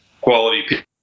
quality